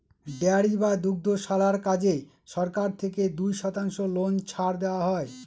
dairy বা দুগ্ধশালার কাজে সরকার থেকে দুই শতাংশ লোন ছাড় দেওয়া হয়